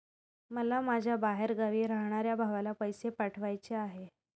मला माझ्या बाहेरगावी राहणाऱ्या भावाला पैसे पाठवायचे आहे